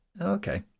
Okay